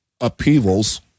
upheavals